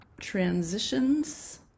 Transitions